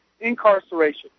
incarceration